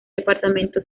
departamento